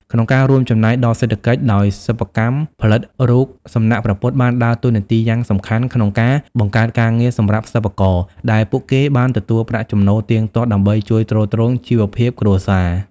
ក្នុងការរួមចំណែកដល់សេដ្ឋកិច្ច ដោយសិប្បកម្មផលិតរូបសំណាកព្រះពុទ្ធបានដើរតួនាទីយ៉ាងសំខាន់ក្នុងការ បង្កើតការងារសម្រាប់សិប្បករ ដែលពួកគេបានទទួលប្រាក់ចំណូលទៀងទាត់ដើម្បីជួយទ្រទ្រង់ជីវភាពគ្រួសារ។